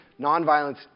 Nonviolence